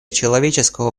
человеческого